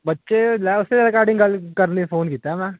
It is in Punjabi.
ਬੱਚੇ ਲੈਫ ਦੇ ਰਿਗਾਡਿੰਗ ਗੱਲ ਕਰਨ ਲਈ ਫ਼ੋਨ ਕੀਤਾ ਮੈਂ